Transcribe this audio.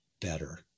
better